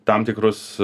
tam tikrus